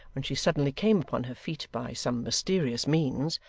when she suddenly came upon her feet by some mysterious means,